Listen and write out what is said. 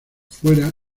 fuera